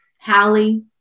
Hallie